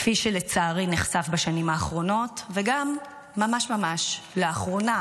כפי שלצערי נחשף בשנים האחרונות וגם ממש ממש לאחרונה,